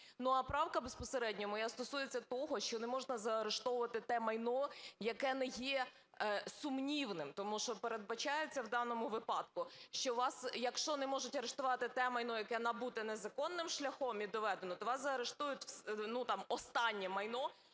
Ну а правка безпосередньо моя стосується того, що не можна заарештувати те майно, яке не є сумнівним, тому що передбачається в даному випадку, що у вас, якщо не можуть арештувати те майно, яке набуте незаконним шляхом і доведено, то у вас заарештують, ну, там останнє майно.